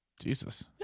Jesus